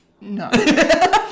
no